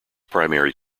primary